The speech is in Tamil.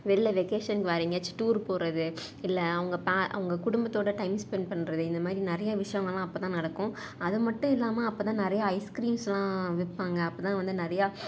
வெளில வெக்கேஷன் வேறு எங்கேயாச்சும் டூர் போகறது இல்லை அவங்க பே அவங்க குடும்பத்தோட டைம் ஸ்பெண்ட் பண்ணுறது இந்த மாதிரி நிறையா விஷயமெல்லாம் அப்போதான் நடக்கும் அது மட்டும் இல்லாம அப்போ தான் நிறையா ஐஸ்க்ரீம்ஸ் எல்லாம் விற்பாங்க அப்போதான் வந்து நிறையா